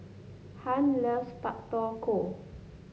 Hunt loves Pak Thong Ko